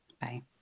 bye